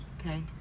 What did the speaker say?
okay